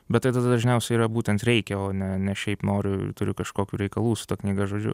bet tai tada dažniausiai yra būtent reikia o ne ne šiaip noriu turiu kažkokių reikalų su ta knyga žodžiu